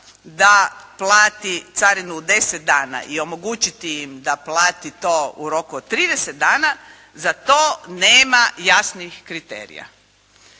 da plati carinu u deset dana i omogućiti im da plati to u roku od trideset dana, za to nema jasnih kriterija.